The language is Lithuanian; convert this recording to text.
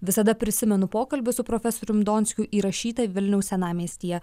visada prisimenu pokalbį su profesorium donskiu įrašytą vilniaus senamiestyje